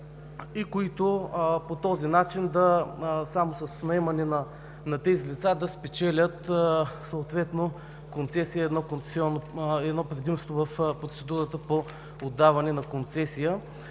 и които по този начин само с наемане на тези лица, да спечелят едно предимство в процедурата по отдаване на концесия.